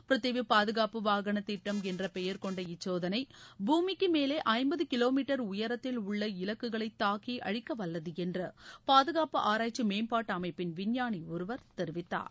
பிர்திவி பாதுகாப்பு வாகனத் திட்டம் என்ற பெயர் கொண்ட இச்சோதனை பூமிக்கு மேலே ஐம்பது கிலோமீட்டர் உயரத்தில் உள்ள இலக்குகளை தாக்கி அழிக்கவல்லது என்று பாதுகாப்பு அராய்ச்சி மேம்பாட்டு அமைப்பின் விஞ்ஞானி ஒருவர் தெரிவித்தார்